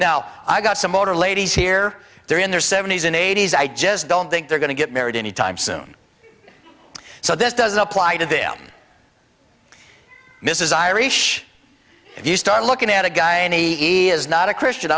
now i got some older ladies here they're in their seventy's and eighty's i just don't think they're going to get married any time soon so this doesn't apply to them mrs irish if you start looking at a guy any is not a christian